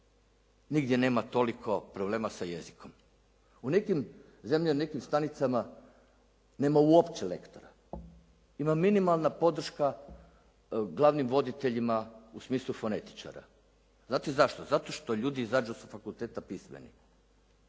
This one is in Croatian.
Nigdje nema toliko problema sa jezikom. U nekim zemljama i nekim stanicama nema uopće lektora. Ima minimalna podrška glavnim voditeljima u smislu fonetičara. Znate zašto? Zato što ljudi izađu sa fakulteta pismeni.